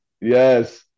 Yes